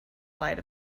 light